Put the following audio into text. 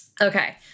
Okay